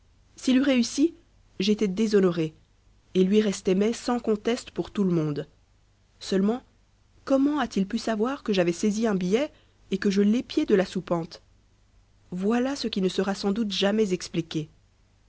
s'il eût réussi j'étais déshonoré et lui restait mai sans conteste pour tout le monde seulement comment a-t-il pu savoir que j'avais saisi un billet et que je l'épiais de la soupente voilà ce qui ne sera sans doute jamais expliqué